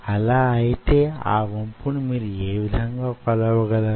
అలా అయితే ఆ వంపును మీరు యే విధంగా కొలవగలరు